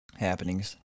Happenings